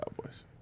Cowboys